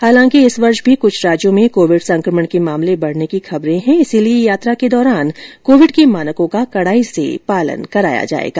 हालांकि इस वर्ष भी कृछ राज्यों में कोविड संकमण के मामले बढने की खबरें हैं इसलिए यात्रा के दौरान कोविड के मानकों का कडाई से पालन कराया जाएगा